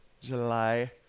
July